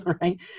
right